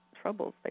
troubles